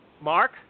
Mark